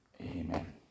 amen